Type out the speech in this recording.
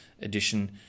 edition